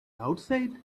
outside